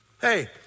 hey